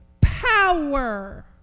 power